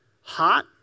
hot